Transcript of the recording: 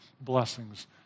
blessings